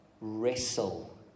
wrestle